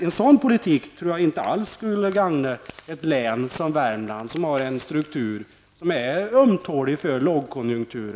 En sådan politik skulle inte alls gagna ett län som Värmland, som har en struktur som är ömtålig för lågkonjunktur.